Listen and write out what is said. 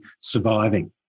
surviving